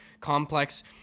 complex